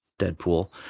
Deadpool